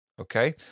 Okay